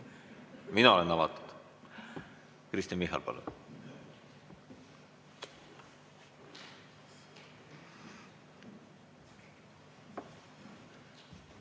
Mina olen avatud. Kristen Michal, palun!